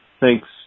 thanks